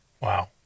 Wow